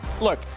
Look